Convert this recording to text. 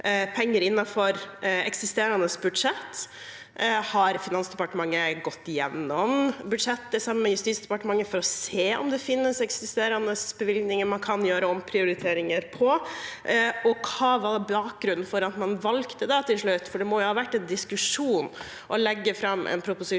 penger innenfor eksisterende budsjett? Har Finansdepartementet gått gjennom budsjettet sammen med Justisdepartementet for å se om det finnes eksisterende bevilgninger man kan gjøre omprioriteringer på? Og hva var bakgrunnen for at man til slutt valgte – for det må jo ha vært en diskusjon – å legge fram en proposisjon